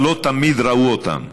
אבל לא תמיד ראו אותם,